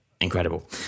incredible